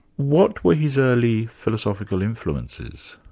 what were his early philosophical influences?